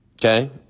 Okay